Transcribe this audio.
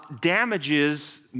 damages